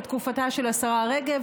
בתקופתה של השרה רגב,